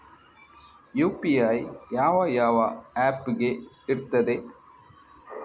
UPI ಯಾವ ಯಾವ app ಗೆ ಇರ್ತದೆ?